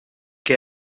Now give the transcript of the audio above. qué